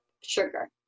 sugar